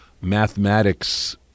mathematics